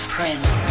Prince